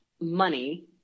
money